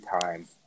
time